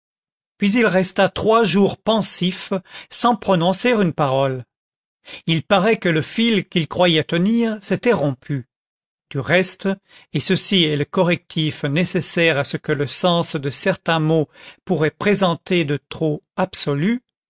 puis il resta trois jours pensif sans prononcer une parole il paraît que le fil qu'il croyait tenir s'était rompu du reste et ceci est le correctif nécessaire à ce que le sens de certains mots pourrait présenter de trop absolu